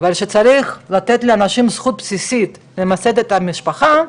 אבל כשצריך לתת לאנשים את הזכות הבסיסית למסד את המשפחה,